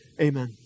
Amen